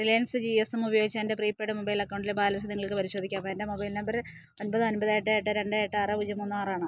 Reliance G S M ഉപയോഗിച്ച് എൻ്റെ prepaid mobile അക്കൗണ്ടിലെ ബാലൻസ് നിങ്ങൾക്ക് പരിശോധിക്കാമോ എൻ്റെ മൊബൈൽ നമ്പര് ഒൻപത് ഒൻപത് എട്ട് എട്ട് രണ്ട് എട്ട് ആറ് പൂജ്യം മൂന്ന് ആറാണ്